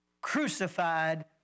crucified